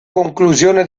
conclusione